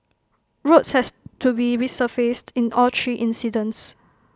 roads has to be resurfaced in all three incidents